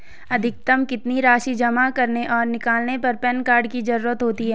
अधिकतम कितनी राशि जमा करने और निकालने पर पैन कार्ड की ज़रूरत होती है?